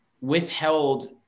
withheld